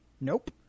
Nope